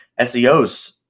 SEOs